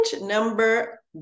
number